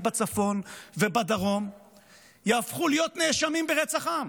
בצפון ובדרום יהפכו להיות נאשמים ברצח עם.